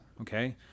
Okay